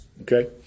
okay